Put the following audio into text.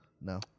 No